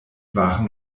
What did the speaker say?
waren